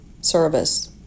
service